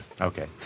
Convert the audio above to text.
Okay